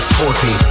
forty